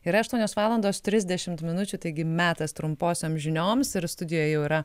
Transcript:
yra aštuonios valandos trisdešimt minučių taigi metas trumposioms žinioms ir studijoje jau yra